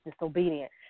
disobedient